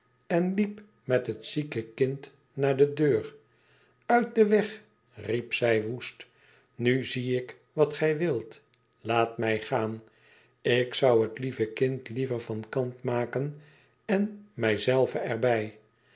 en liep met het zieke kind naar de deur uit den weg riep zij woest nu zie ik wat gij wilt laat mij gaan ik zou het lieve kind liever van kant maken en mij